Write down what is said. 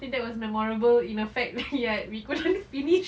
think that was memorable in a fact that we couldn't finish